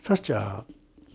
such a